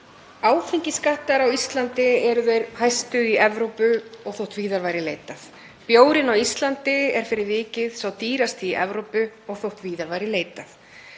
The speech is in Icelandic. Áfengisskattar á Íslandi eru þeir hæstu í Evrópu og þótt víðar væri leitað. Bjórinn á Íslandi er fyrir vikið sá dýrasti í Evrópu og þótt víðar væri leitað.